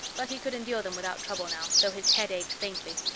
but he could endure them without trouble now, though his head ached faintly.